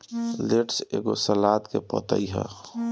lettuce एगो salad के पतइ ह